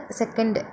second